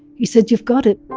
he said, you've got it.